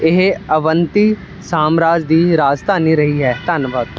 ਇਹ ਅਵੰਤੀ ਸਾਮਰਾਜ ਦੀ ਰਾਜਧਾਨੀ ਰਹੀ ਹੈ ਧੰਨਵਾਦ